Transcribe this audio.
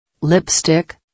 Lipstick